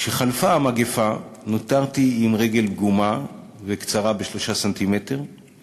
כשחלפה המגפה נותרתי עם רגל פגומה וקצרה ב-3 ס"מ